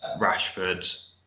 Rashford